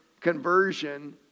conversion